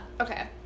Okay